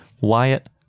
Wyatt